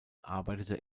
arbeitete